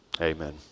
Amen